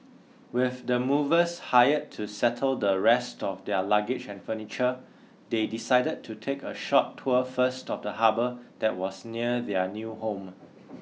with the movers hired to settle the rest of their luggage and furniture they decided to take a short tour first of the harbour that was near their new home